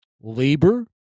labor